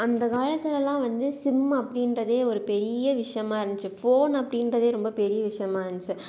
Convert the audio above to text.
அந்தக் காலத்துலெல்லாம் வந்து சிம் அப்படின்றதே ஒரு பெரிய விஷயமா இருந்துச்சு ஃபோன் அப்படின்றதே ரொம்ப பெரிய விஷயமா இருந்துச்சு